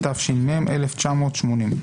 התש"מ-1980.